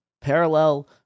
parallel